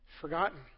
forgotten